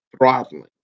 throttling